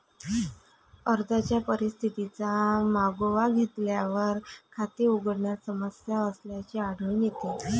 अर्जाच्या स्थितीचा मागोवा घेतल्यावर, खाते उघडण्यात समस्या असल्याचे आढळून येते